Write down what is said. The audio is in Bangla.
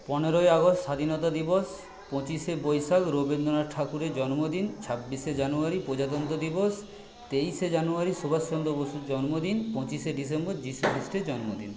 পনেরোই আগস্ট স্বাধীনতা দিবস পঁচিশে বৈশাখ রবীন্দ্রনাথ ঠাকুরের জন্মদিন ছাব্বিশে জানুয়ারি প্রজাতন্ত্র দিবস তেইশে জানুয়ারি সুভাষ চন্দ্র বসুর জন্মদিন পঁচিশে ডিসেম্বর যিশু খ্রিষ্টের জন্মদিন